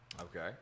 Okay